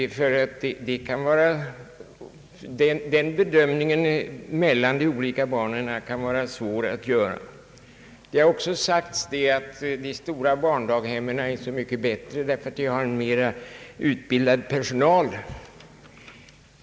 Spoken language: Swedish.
Den avvägningen mellan de olika barnen kan vara svår att göra. Man har också sagt att de stora barndaghemmen är så mycket bättre därför att de har utbildad personal.